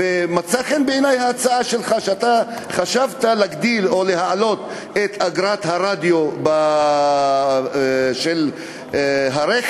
ומצאה חן בעיני ההצעה שלך להגדיל או להעלות את אגרת הרדיו של הרכב.